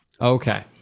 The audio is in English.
Okay